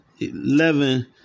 eleven